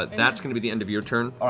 but that's going to be the end of your turn,